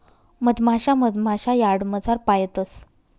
मधमाशा मधमाशा यार्डमझार पायतंस